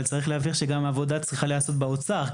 אבל צריך להבהיר שהעבודה צריכה גם להיעשות באוצר.